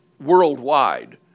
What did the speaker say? worldwide